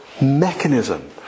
mechanism